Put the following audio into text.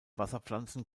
wasserpflanzen